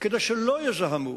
כדי שלא יזהמו.